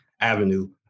Avenue